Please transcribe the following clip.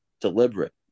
deliberate